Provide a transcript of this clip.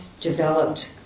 developed